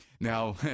Now